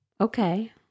okay